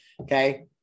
okay